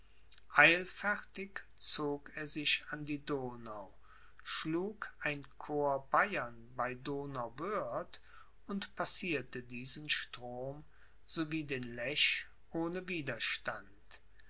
eilfertig zog er sich an die donau schlug ein corps bayern bei donauwörth und passierte diesen strom so wie den lech ohne widerstand